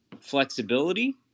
flexibility